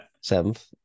seventh